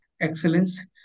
excellence